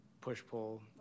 push-pull